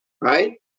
Right